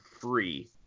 free